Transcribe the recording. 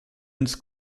ins